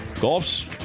Golf's